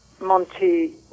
Monty